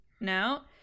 no